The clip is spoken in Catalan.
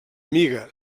amiga